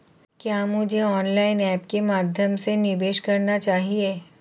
क्या मुझे online apps के माध्यम से निवेश करना चाहिए?